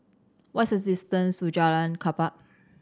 what is distance to Jalan Klapa